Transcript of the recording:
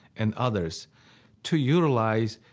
and others to utilize,